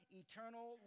eternal